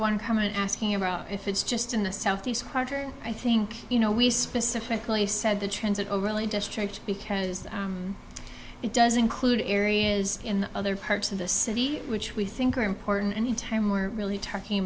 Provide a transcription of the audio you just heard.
one comment asking about if it's just in the southeast part or i think you know we specifically said the transit overlay district because it does include areas in other parts of the city which we think are important any time we're really talking